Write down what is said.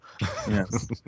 Yes